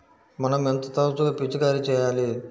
మనం ఎంత తరచుగా పిచికారీ చేయాలి?